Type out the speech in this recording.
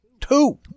Two